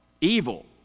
evil